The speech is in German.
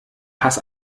pass